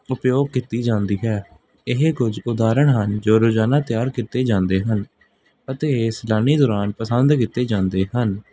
ਉੁਪਯੋਗ ਕੀਤੀ ਜਾਂਦੀ ਹੈ ਇਹ ਕੁਝ ਉਦਾਰਨ ਹਨ ਜੋ ਰੋਜ਼ਾਨਾ ਤਿਆਰ ਕੀਤੇ ਜਾਂਦੇ ਹਨ ਅਤੇ ਇਹ ਸੈਲਾਨੀ ਦੌਰਾਨ ਪਸੰਦ ਕੀਤੇ ਜਾਂਦੇ ਹਨ